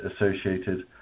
associated